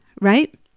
right